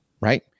Right